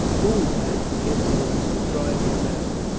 who has the insolence to try my master?